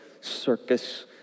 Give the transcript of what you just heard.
circus